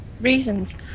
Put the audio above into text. reasons